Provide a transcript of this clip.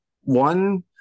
one